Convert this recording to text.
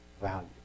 value